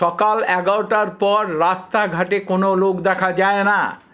সকাল এগারোটার পর রাস্তা ঘাটে কোনো লোক দেখা যায় না